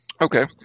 Okay